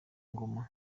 ngoma